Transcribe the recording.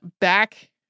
back